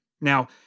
Now